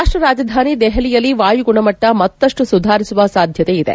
ರಾಷ್ಟ ರಾಜಧಾನಿ ದೆಹಲಿಯಲ್ಲಿ ವಾಯುಗುಣಮಟ್ಟ ಮತ್ತಪ್ಟು ಸುಧಾರಿಸುವ ಸಾಧ್ಯತೆ ಇದೆ